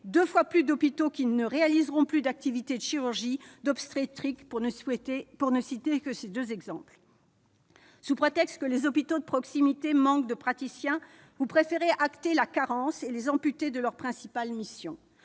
deux fois plus d'hôpitaux qui ne réaliseront plus d'activités de chirurgie ou d'obstétrique, pour ne citer que ces deux exemples. Sous prétexte que les hôpitaux de proximité manquent de praticiens, vous préférez acter la carence et les amputer de leurs principales missions.